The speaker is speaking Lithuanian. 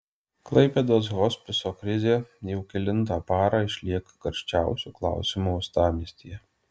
klaipėdos hospiso krizė jau kelintą parą išlieka karščiausiu klausimu uostamiestyje